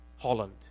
Holland